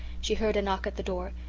she heard a knock at the door.